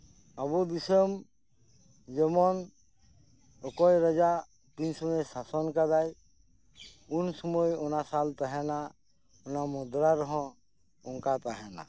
ᱟᱵᱩ ᱫᱤᱥᱟᱹᱢ ᱡᱮᱢᱚᱱ ᱚᱠᱚᱭ ᱨᱟᱡᱟ ᱛᱤᱱᱥᱩᱢᱟᱹᱭᱮ ᱥᱟᱥᱚᱱ ᱟᱠᱟᱫᱟ ᱩᱱᱥᱩᱢᱟᱹᱭ ᱚᱱᱟᱥᱟᱞ ᱛᱟᱦᱮᱸ ᱞᱮᱱᱟ ᱚᱱᱟ ᱢᱩᱫᱽᱨᱟ ᱨᱮᱦᱚᱸ ᱚᱱᱠᱟ ᱛᱟᱦᱮᱱᱟ